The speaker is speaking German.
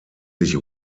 sich